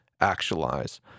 actualize